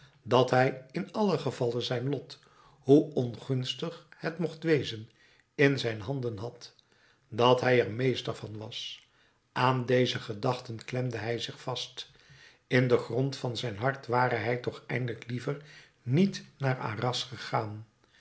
dat hij in allen gevalle zijn lot hoe ongunstig het mocht wezen in zijn handen had dat hij er meester van was aan deze gedachten klemde hij zich vast in den grond van zijn hart ware hij toch eigenlijk liever niet naar arras gegaan